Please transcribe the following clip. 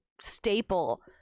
staple